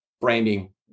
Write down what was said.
branding